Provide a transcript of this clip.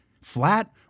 flat